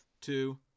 two